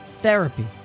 therapy